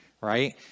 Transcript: right